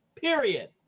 Period